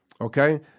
okay